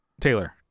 Taylor